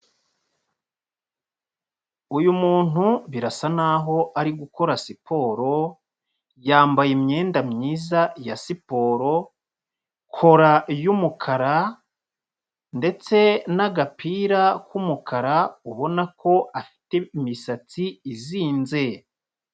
Uyu muntu birasa n'aho ari gukora siporo, yambaye imyenda myiza ya siporo, kora y'umukara ndetse n'agapira k'umukara, ubona ko afite imisatsi izinze.